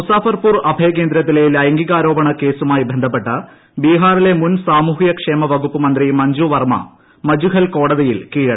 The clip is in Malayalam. മുസാഫർപൂർ അഭയകേന്ദ്രത്തിലെ ലൈംഗികാരോപണ കേസുമായി ബന്ധപ്പെട്ട് ബീഹാറിലെ മുൻ സാമൂഹൃക്ഷേമവകുപ്പ് മന്ത്രി മഞ്ജുവർമ്മ മജ്ജുഹൽ കോടതിയിൽ കീഴടങ്ങി